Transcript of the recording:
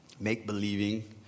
Make-believing